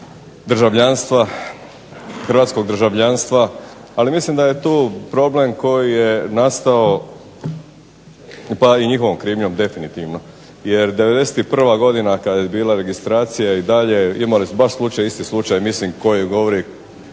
hrvatskog državljanstva. Ali mislim da je tu problem koji je nastao pa i njihovom krivnjom definitivno, jer '91. godina kada je bila registracija i dalje imali smo baš isti slučaj o kojem je govorila